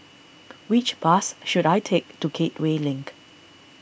which bus should I take to Gateway Link